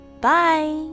Bye